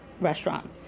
restaurant